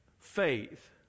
faith